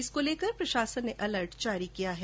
इसको लेकर प्रशासन ने अर्लट जारी किया है